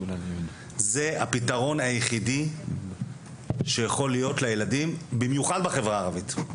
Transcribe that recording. זה הפתרון היחידי שיכול להיות לילדים במיוחד בחברה הערבית.